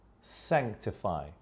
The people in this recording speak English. sanctify